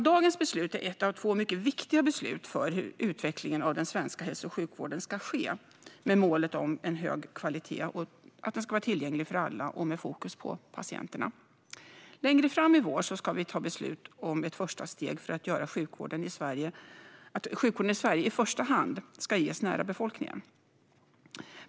Dagens beslut är ett av två mycket viktiga beslut för hur utvecklingen av den svenska hälso och sjukvården ska ske med målet om en hög kvalitet och vård tillgänglig för alla med fokus på patienterna. Längre fram i vår ska vi ta beslut om ett första steg för att sjukvården i Sverige i första hand ska ges nära befolkningen.